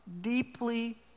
deeply